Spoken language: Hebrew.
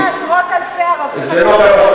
ממש לא, כמה עשרות-אלפי ערבים, זה לא אלפי.